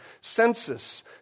census